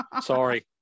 Sorry